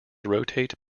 rotate